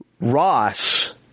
Ross